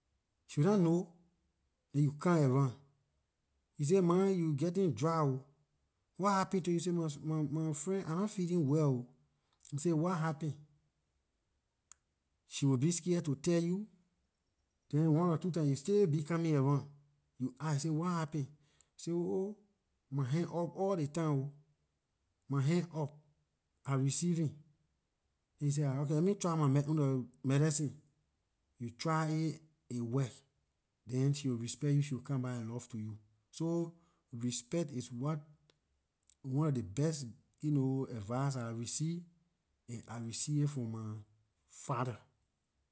She nah know, then you come around, you say ma you getting dry oh, what happened to you? You say my friend I nah feeling well oh, you say what happen, she will be scare to tell you then one or two times you still be coming around, you ask say what happen say oh my hand up all ley time oh, my hand up I receiving, then you say ahn okay, let me try my ownlor medicine. You try it aay work, then she will respect you, she will comeback and love to you. So respect is what- one of the best advice I received and I received it from my father.